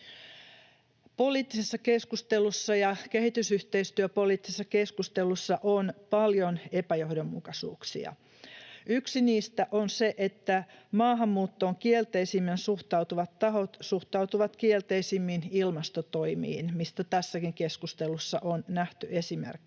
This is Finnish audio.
Poliittisessa keskustelussa ja kehitysyhteistyöpoliittisessa keskustelussa on paljon epäjohdonmukaisuuksia. Yksi niistä on se, että maahanmuuttoon kielteisimmin suhtautuvat tahot suhtautuvat kielteisimmin ilmastotoimiin, mistä tässäkin keskustelussa on nähty esimerkkejä.